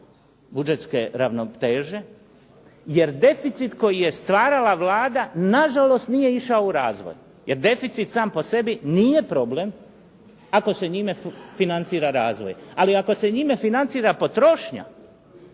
budžetske ravnoteže jer deficit koji je stvarala Vlada nažalost nije išao u razvoj jer deficit sam po sebi nije problem ako se njime financira razvoj. Ali ako se njime financira potrošnja